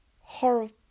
horrible